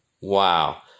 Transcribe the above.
Wow